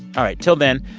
all right. till then,